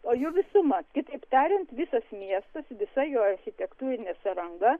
o jų visuma kitaip tariant visas miestas visa jo architektūrinė sąranga